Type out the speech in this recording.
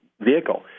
vehicle